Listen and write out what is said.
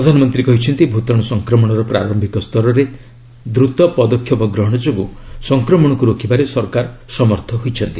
ପ୍ରଧାନମନ୍ତ୍ରୀ କହିଛନ୍ତି ଭୂତାଣୁ ସଂକ୍ରମଣର ପ୍ରାରମ୍ଭିକ ସ୍ତରରେ ଦ୍ରତ ପଦକ୍ଷେପ ଗ୍ରହଣ ଯୋଗୁଁ ସଂକ୍ରମଣକୁ ରୋକିବାରେ ସରକାର ସମର୍ଥ ହୋଇଛନ୍ତି